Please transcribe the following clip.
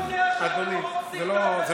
הציבור יודע שאתם רוצים, אדוני, זה לא לעניין.